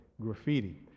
graffiti